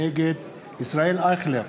נגד ישראל אייכלר,